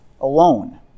alone